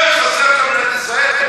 זה מה שחסר פה במדינת ישראל?